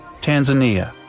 Tanzania